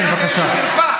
כן, בבקשה.